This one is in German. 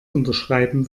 unterschreiben